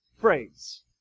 phrase